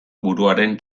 buruaren